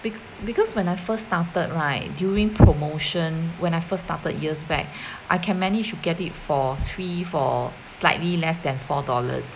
bec~ because when I first started right during promotion when I first started years back I can manage to get it for three for slightly less than four dollars